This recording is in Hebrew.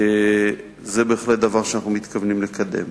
זה בהחלט דבר שאנחנו מתכוונים לקדם.